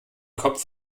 kopf